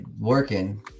working